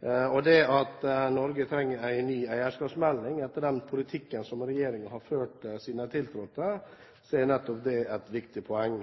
være enig i. Norge trenger en ny eierskapsmelding etter den politikken som regjeringen har ført siden den tiltrådte, så nettopp det er et viktig poeng.